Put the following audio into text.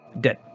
Dead